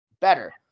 better